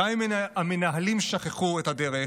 גם אם המנהלים שכחו את הדרך,